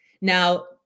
Now